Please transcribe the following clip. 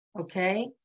Okay